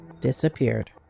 disappeared